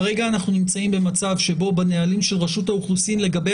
כרגע אנחנו נמצאים במצב שבו בנהלים של רשות האוכלוסין לגבי